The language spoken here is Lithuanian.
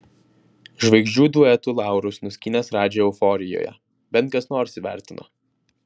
žvaigždžių duetų laurus nuskynęs radži euforijoje bent kas nors įvertino